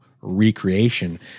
recreation